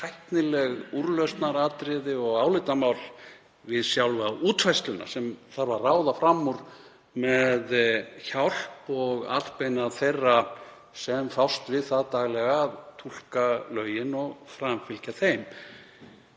tæknileg úrlausnaratriði og álitamál við sjálfa útfærsluna sem þarf að ráða fram úr með hjálp og atbeina þeirra sem fást við það daglega að túlka lögin og framfylgja þeim.